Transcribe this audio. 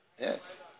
Yes